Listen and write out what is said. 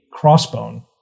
crossbone